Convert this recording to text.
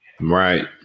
Right